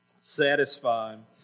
Satisfying